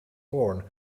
horn